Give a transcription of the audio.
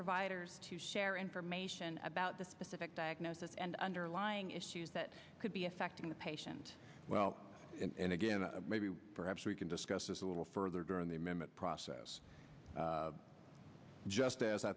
providers to share information about the specific diagnosis and underlying issues that could be affecting the patient well and again maybe perhaps we can discuss this a little further during the process just as i